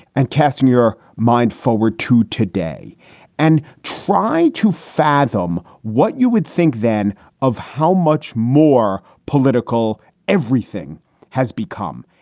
and cast your mind forward to today and try to fathom what you would think then of how much more political everything has become.